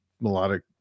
melodic